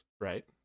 right